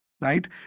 right